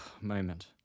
moment